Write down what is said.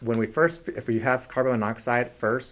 when we first if you have carbon monoxide first